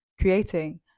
creating